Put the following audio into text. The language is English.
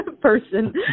person